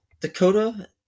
Dakota